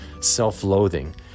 self-loathing